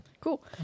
cool